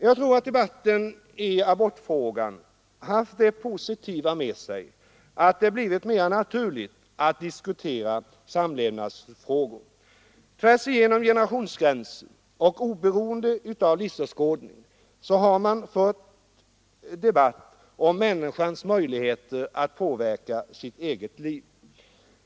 Jag tror att debatten i abortfrågan har haft det positiva med sig att det har blivit mera naturligt att diskutera samlevnadsfrågor. Tvärsigenom generationsgränser och oberoende av livsåskådning har man fört debatt om människans möjligheter att påverka sitt eget liv.